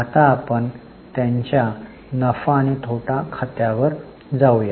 आता आपण त्यांच्या नफा आणि तोटा खात्यावर जाऊया